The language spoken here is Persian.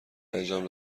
انجام